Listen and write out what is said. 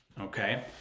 Okay